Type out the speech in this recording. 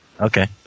Okay